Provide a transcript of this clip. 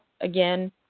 again